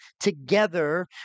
together